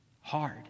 hard